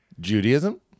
Judaism